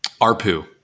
ARPU